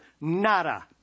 nada